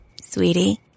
Sweetie